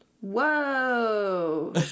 Whoa